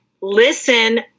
listen